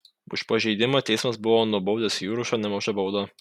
už pažeidimą teismas buvo nubaudęs juršą nemaža bauda